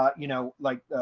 ah you know, like,